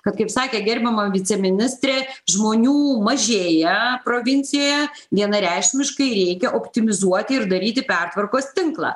kad kaip sakė gerbiama viceministrė žmonių mažėja provincijoje vienareikšmiškai reikia optimizuoti ir daryti pertvarkos tinklą